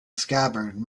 scabbard